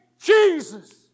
Jesus